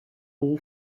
all